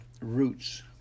roots